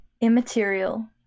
immaterial